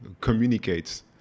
communicates